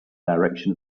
direction